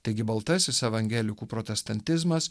taigi baltasis evangelikų protestantizmas